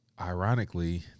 ironically